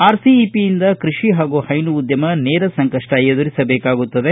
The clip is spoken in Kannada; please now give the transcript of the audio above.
ಆರ್ಸಿಇಪಿಯಿಂದ ಕೈಷಿ ಹಾಗೂ ಹೈನು ಉದ್ದಮ ನೇರ ಸಂಕಪ್ಪ ಎದುರಿಸಬೇಕಾಗುತ್ತದೆ